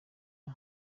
rya